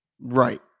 right